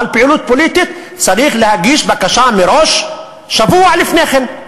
אבל לפעילות פוליטית צריך להגיש בקשה מראש שבוע לפני כן.